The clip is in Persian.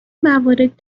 موارد